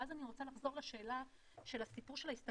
ואז אני רוצה לחזור לשאלה של הסיפור של ההסתכלות